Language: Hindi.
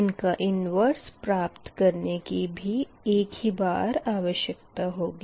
इनका इनवर्स प्राप्त करने की भी एक ही बार आवश्यकता होगी